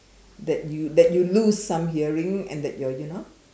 that you that you lose some hearing and that your you know